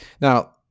Now